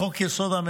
לחוק-יסוד: